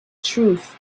truth